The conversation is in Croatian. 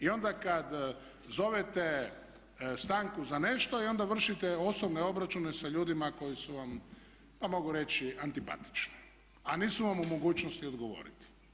I onda kad zovete stanku za nešto i onda vršite osobne obračune sa ljudima koji su vam, pa mogu reći antipatični, a nisu vam u mogućnosti odgovoriti.